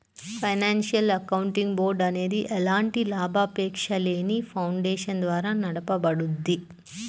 financial accounting board అనేది ఎలాంటి లాభాపేక్షలేని ఫౌండేషన్ ద్వారా నడపబడుద్ది